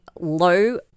low